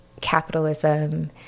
capitalism